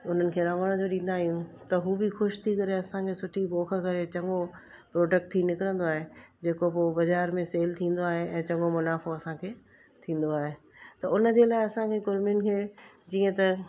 उन्हनि खे रहणु ॾींदा आहियूं त हू बि ख़ुशि थी करे असांखे सुठी पोख करे चङो प्रॉडक्ट थी करे निकिरंदो आहे जेको पोइ बज़ार में सेल थींदो आहे ऐं चङो मुनाफ़ो असांखे थींदो आहे त उन जे लाहे असांजे कुड़िमियुनि खे जीअं त